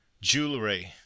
Jewelry